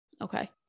Okay